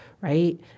right